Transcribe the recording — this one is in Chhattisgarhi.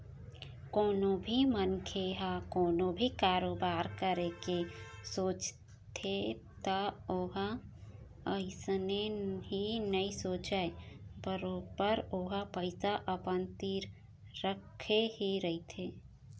कोनो भी मनखे ह कोनो भी कारोबार करे के सोचथे त ओहा अइसने ही नइ सोचय बरोबर ओहा पइसा अपन तीर रखे ही रहिथे